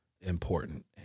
important